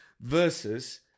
Versus